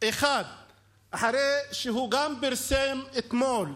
אחד אחרי שהוא גם פרסם, אתמול,